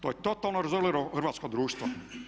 To je totalno razorilo hrvatsko društvo.